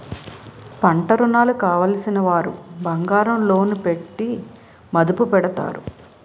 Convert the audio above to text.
పంటరుణాలు కావలసినవారు బంగారం లోను పెట్టి మదుపు పెడతారు